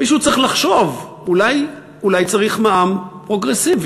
מישהו צריך לחשוב: אולי צריך מע"מ פרוגרסיבי,